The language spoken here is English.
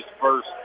first